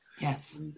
Yes